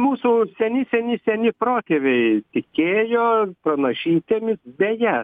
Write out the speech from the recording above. mūsų seni seni seni protėviai tikėjo pranašystėmis beje